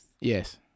Yes